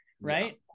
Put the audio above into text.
right